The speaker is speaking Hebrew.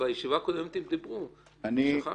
בישיבה הקודמת הם דיברו, שכחת?